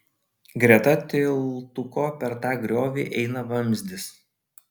greta tiltuko per tą griovį eina vamzdis